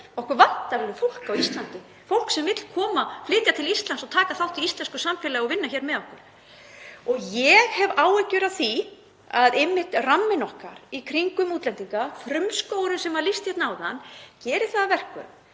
Okkur vantar alveg fólk á Íslandi, fólk sem vill koma, flytja til Íslands og taka þátt í íslensku samfélagi og vinna hér með okkur. Ég hef áhyggjur af því að ramminn okkar í kringum útlendinga, frumskógurinn sem var lýst hérna áðan, geri það að verkum